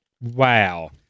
wow